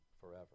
forever